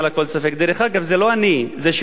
דרך אגב, זה לא אני שאומר זאת,